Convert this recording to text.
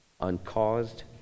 uncaused